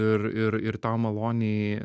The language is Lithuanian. ir ir to maloniai